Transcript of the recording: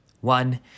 One